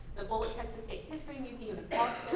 the bullock texas state history museum in